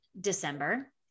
December